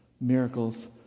miracles